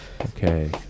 okay